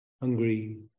hungry